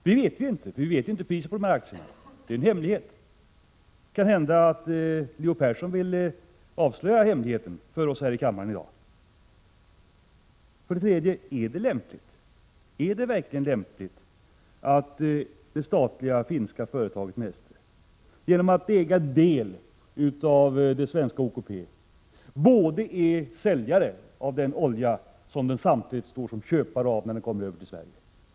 Det vet vi inte, för vi vet inte priset på aktierna — det är hemligt. Det kan hända att Leo Persson vill avslöja den hemligheten för oss här i kammaren i dag. Slutligen: är det verkligen lämpligt att det statliga finska företaget Neste är säljare av den olja som det samtidigt, genom att äga del i det svenska OKP, står som köpare av när den kommer till Sverige?